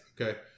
Okay